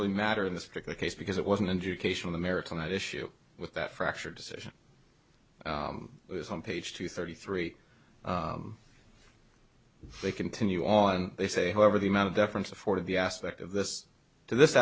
really matter in this particular case because it wasn't an educational american that issue with that fractured decision it's on page two thirty three they continue on they say however the amount of deference afforded the aspect of this to this